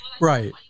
Right